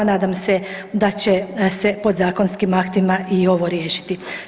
Nadam se da će se podzakonskim aktima i ovo riješiti.